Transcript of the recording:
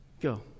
Go